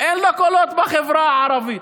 אין לו קולות בחברה הערבית.